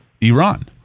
Iran